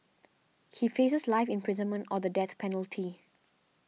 he faces life imprisonment or the death penalty